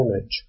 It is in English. image